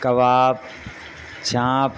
کباب جانپ